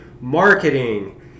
marketing